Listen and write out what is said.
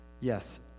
Yes